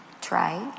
try